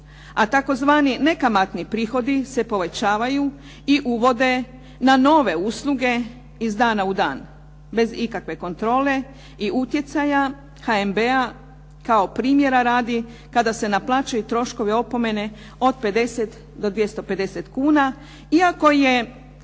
a tzv. nekamatni prihodi se povećavaju i uvode na nove usluga iz dana u dan, bez ikakve kontrole i utjecaja HNB-a, primjera radi, kada se naplaćuju troškovi opomene od 50 do 250 kuna, iako je